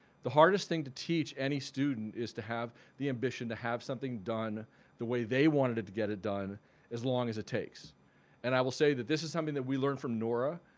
the hardest thing to teach any student is to have the ambition to have something done the way they wanted it to get it done as long as it takes and i will say that this is something that we learn from nora.